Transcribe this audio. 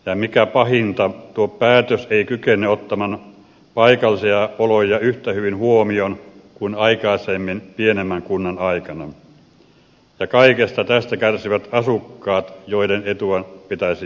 ja mikä pahinta tuo päätös ei kykene ottamaan paikallisia oloja huomioon yhtä hyvin kuin aikaisemmin pienemmän kunnan aikana ja kaikesta tästä kärsivät asukkaat joiden etua pitäisi ajatella